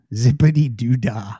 Zippity-doo-dah